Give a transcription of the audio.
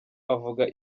avuga